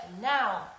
now